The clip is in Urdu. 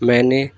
میں نے